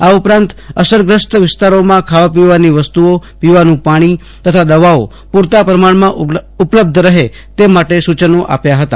આ ઉપરાંત અસરગ્રસ્ત વિસ્તારોમાં ખાવાપીવાની વસ્તુઓ પીવાનું પાણી તથા દવાઓ પુરતા પ્રમાણમાં ઉપલબ્ધ રહે તે માટે સૂચનો આપ્યા હતા